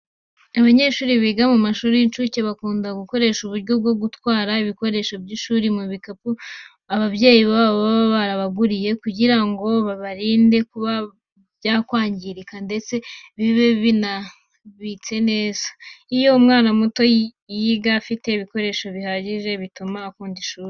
Abanyeshuri biga mu mashuri y'incuke, bakunda gukoresha uburyo bwo gutwara ibikoresho by'ishuri mu bikapu ababyeyi babo baba barabaguriye, kugira ngo babirinde kuba byakwangirika ndetse bibe binabitse neza. Iyo umwana muto yiga afite ibikoresho bihagije, bituma akunda ishuri.